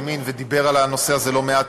האמין ודיבר על הנושא הזה לא מעט,